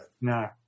No